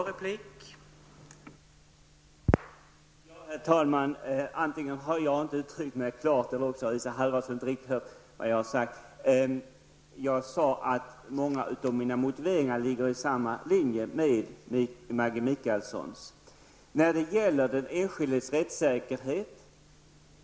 Herr talman! Jag tycker ändå att man kan konstatera att miljöpartiet inte är med på en enda av de reservationer som gäller den enskildes rättssäkerhet.